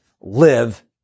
live